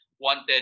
wanted